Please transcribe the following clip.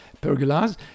pergolas